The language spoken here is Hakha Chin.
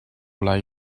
lai